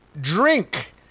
drink